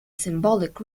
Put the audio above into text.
symbolic